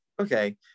okay